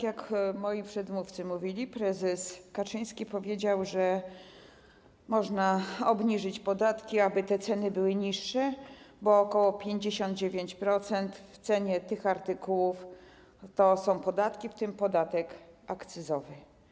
Jak mówili moi przedmówcy, prezes Kaczyński powiedział, że można obniżyć podatki, aby te ceny były niższe, bo ok. 59% ceny tych artykułów to są podatki, w tym podatek akcyzowy.